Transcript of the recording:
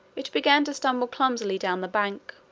it began to stumble clumsily down the bank.